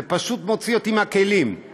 זה פשוט מוציא אותי מהכלים,